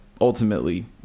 ultimately